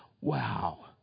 Wow